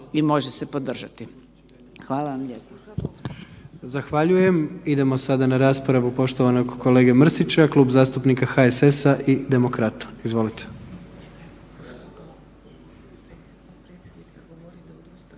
lijepo. **Jandroković, Gordan (HDZ)** Zahvaljujem. Idemo sada na raspravu poštovanog kolege Mrsića, Klub zastupnika HSS-a i Demokrata. Izvolite.